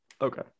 Okay